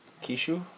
Kishu